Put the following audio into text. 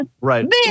Right